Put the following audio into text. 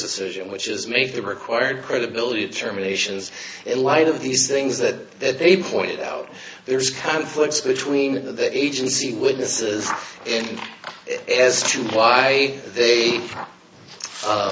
decision which is make the required credibility terminations in light of these things that they point out there's conflicts between the agency witnesses and as to why they